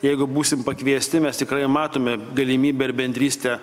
jeigu būsim pakviesti mes tikrai matome galimybę ir bendrystę